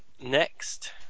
Next